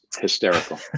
hysterical